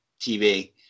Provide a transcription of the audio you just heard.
tv